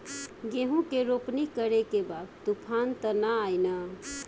गेहूं के रोपनी करे के बा तूफान त ना आई न?